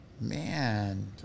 Man